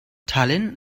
tallinn